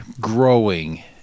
growing